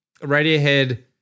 Radiohead